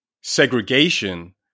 segregation